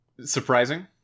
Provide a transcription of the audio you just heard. surprising